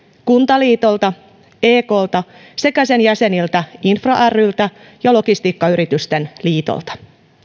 kuntaliitolta eklta sekä sen jäseniltä infra ryltä ja logistiikkayritysten liitolta